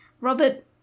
Robert